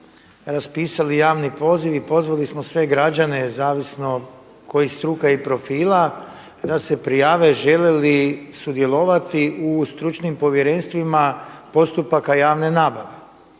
raspisali javni poziv i pozvali smo sve građane zavisno kojih struka i profila da se prijave žele li sudjelovati u stručnim povjerenstvima postupaka javne nabave.